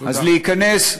תודה.